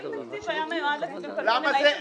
אם תקציב היה מיועד לכספים קואליציוניים צריך לציין את זה.